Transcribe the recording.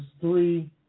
three